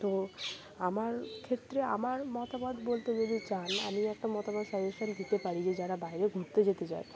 তো আমার ক্ষেত্রে আমার মতামত বলতে যদি চান আমি একটা মতামত সাজেশন দিতে পারি যে যারা বাইরে ঘুরতে যেতে যায়